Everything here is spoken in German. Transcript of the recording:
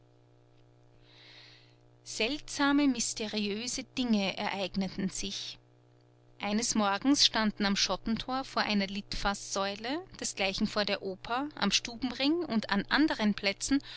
seltsame mysteriöse dinge ereigneten sich eines morgens standen am schottentor vor einer litfaßsäule desgleichen vor der oper am stubenring und an anderen plätzen